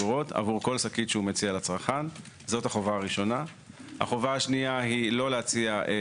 והחובה הרביעית היא יידוע הצרכן בעסקת מכר מרחוק.